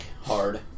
hard